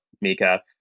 Mika